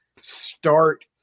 start